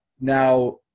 now